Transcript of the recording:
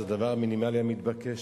זה הדבר המינימלי המתבקש.